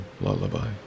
lullaby